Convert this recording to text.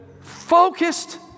focused